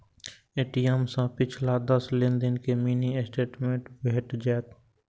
ATM सं पिछला दस लेनदेन के मिनी स्टेटमेंट भेटि जायत